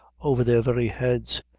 over their very heads,